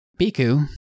Biku